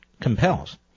compels